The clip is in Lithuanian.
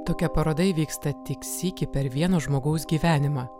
tokia paroda įvyksta tik sykį per vieno žmogaus gyvenimą